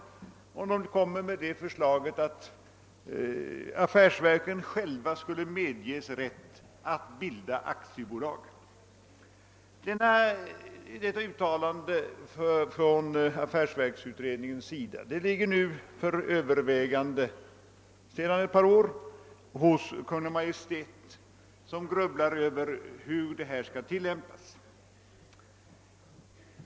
Utredningen föreslog bl.a. att affärsverken själva skulle få rätt att bilda aktiebolag. Affärsverksutredningens förslag ligger sedan ett par år tillbaka för övervägande hos Kungl. Maj:t, som grubblar över hur detta skall tillämpas.